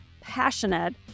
passionate